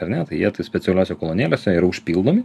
ar ne tai jie tai specialiose kolonėlėse yra užpildomi